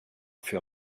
für